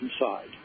Inside